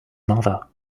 mother